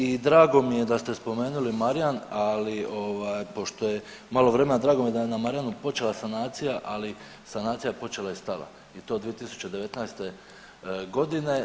I drago mi je da ste spomenuli Marjan ali pošto je malo vremena drago mi je da je na Marijanu počela sanacija, ali sanacija je počela i stala i to 2019. godine.